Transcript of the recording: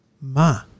Ma